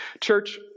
church